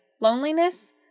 Loneliness